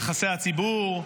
יחסי הציבור,